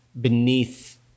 beneath